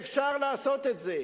אפשר לעשות את זה,